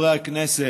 הכנסת,